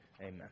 Amen